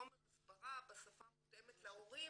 חומר הסברה בשפה המותאמת להורים